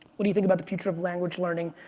what do you think about the future of language learning?